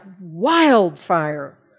wildfire